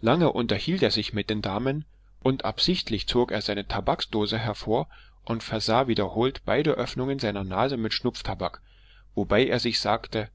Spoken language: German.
lange unterhielt er sich mit den damen und absichtlich zog er seine tabaksdose hervor und versah wiederholt beide öffnungen seiner nase mit schnupftabak wobei er sich sagte